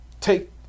take